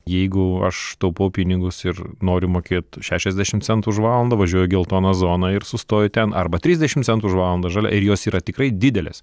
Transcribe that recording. jeigu aš taupau pinigus ir noriu mokėt šešiasdešimt centų už valandą važiuoju geltoną zoną ir sustoju ten arba trisdešim centų už valandą žalia ir jos yra tikrai didelės